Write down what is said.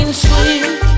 sweet